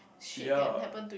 yea